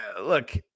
look